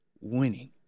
winning